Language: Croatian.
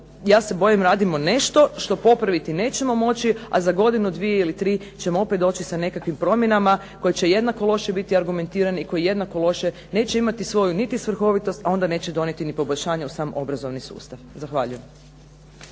ja se bojim, radimo nešto što popraviti nećemo moći, a za godinu, dvije ili tri ćemo opet doći sa nekakvim promjenama koje će jednako loše biti argumentirani i koji jednako loše neće imati svoju niti svrhovitost, a onda neće donijeti poboljšanje u sam obrazovni sustav. Zahvaljujem.